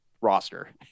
roster